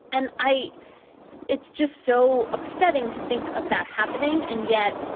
and i it's just so upsetting to think of that happening and yet,